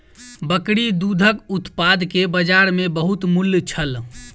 बकरी दूधक उत्पाद के बजार में बहुत मूल्य छल